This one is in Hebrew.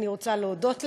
ואני רוצה להודות לה.